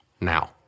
Now